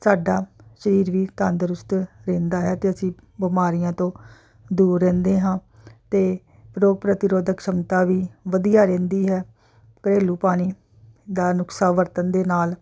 ਸਾਡਾ ਸਰੀਰ ਵੀ ਤੰਦਰੁਸਤ ਰਹਿੰਦਾ ਹੈ ਅਤੇ ਅਸੀਂ ਬਿਮਾਰੀਆਂ ਤੋਂ ਦੂਰ ਰਹਿੰਦੇ ਹਾਂ ਅਤੇ ਰੋਗ ਪ੍ਰਤਿਰੋਧਕ ਸ਼ਮਤਾ ਵੀ ਵਧੀਆ ਰਹਿੰਦੀ ਹੈ ਘਰੇਲੂ ਪਾਣੀ ਦਾ ਨੁਸਖਾ ਵਰਤਣ ਦੇ ਨਾਲ